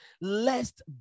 lest